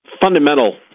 fundamental